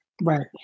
Right